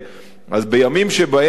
אז בימים שבהם דווקא,